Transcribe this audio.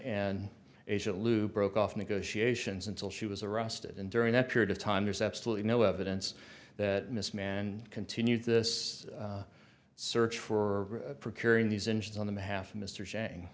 and asia loop broke off negotiations until she was arrested and during that period of time there's absolutely no evidence that miss man continued this search for procuring these engines on the behalf of mr cha